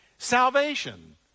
salvation